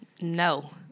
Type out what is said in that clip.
No